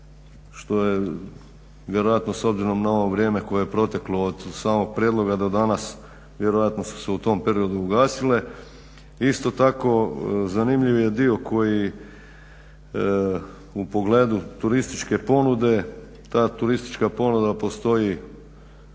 što je vjerojatno s obzirom na ovo vrijeme koje je proteklo od samog prijedloga do danas vjerojatno su se u tom periodu ugasile. Isto tako, zanimljiv je dio koji u pogledu turističke ponude, ta turistička ponuda postoji